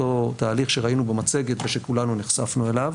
אותו תהליך שראינו במצגת ושכולנו נחשפנו אליו,